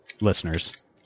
listeners